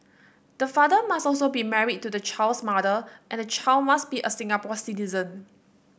the father must also be married to the child's mother and the child must be a Singapore citizen